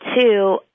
two